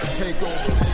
takeover